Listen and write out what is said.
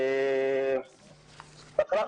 תודה.